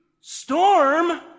storm